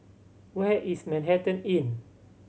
where is Manhattan Inn